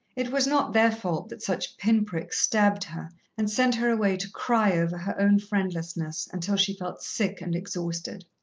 it was not their fault that such pin-pricks stabbed her and sent her away to cry over her own friendlessness until she felt sick and exhausted.